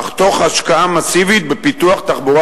אך תוך השקעה מסיבית בפיתוח תחבורה